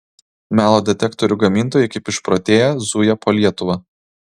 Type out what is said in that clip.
melo detektorių gamintojai kaip išprotėję zuja po lietuvą